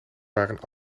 waren